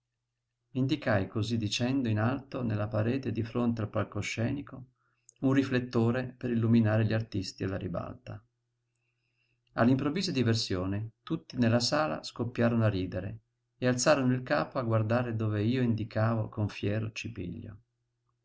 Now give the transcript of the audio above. indicai cosí dicendo in alto nella parete di fronte al palcoscenico un riflettore per illuminare gli artisti alla ribalta all'improvvisa diversione tutti nella sala scoppiarono a ridere e alzarono il capo a guardare dove io indicavo con fiero cipiglio